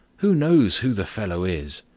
who knows who the fellow is?